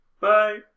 Bye